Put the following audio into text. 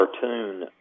cartoon